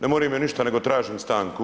Ne mori me ništa nego tražim stanku